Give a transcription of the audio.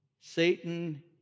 Satan